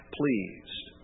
pleased